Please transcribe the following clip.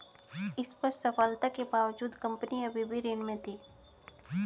स्पष्ट सफलता के बावजूद कंपनी अभी भी ऋण में थी